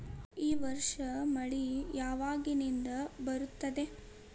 ಈ ವರ್ಷ ಮಳಿ ಯಾವಾಗಿನಿಂದ ಬರುತ್ತದೆ?